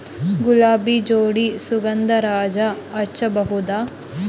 ಗುಲಾಬಿ ಜೋಡಿ ಸುಗಂಧರಾಜ ಹಚ್ಬಬಹುದ?